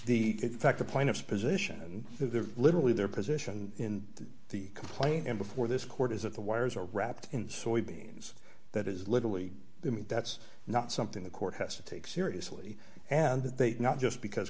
the fact the plaintiffs position and the literally their position in the complaint and before this court is that the wires are wrapped in soybeans that is literally the meat that's not something the court has to take seriously and that they not just because